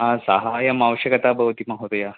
हा सहायम् आवश्यकता भवति महोदय